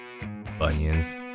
bunions